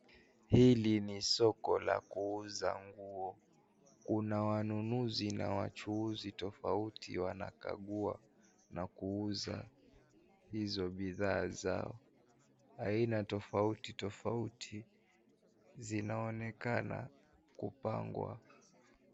Hili ni soko la kuuza nguo, kuna wanunuzi na wachuuzi tofauti wanakagua na kuuza hizo bidhaa zao, aina tofauti tofauti zinaonekana kupangwa.